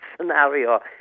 scenario